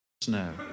snow